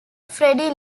freddie